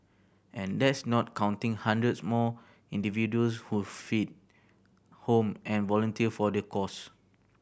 and that's not counting hundreds more individuals who feed home and volunteer for the cause